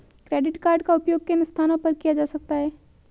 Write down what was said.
Credit card का उपयोग किन स्थानों पर किया जा सकता है?